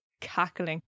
cackling